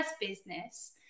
business